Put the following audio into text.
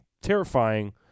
terrifying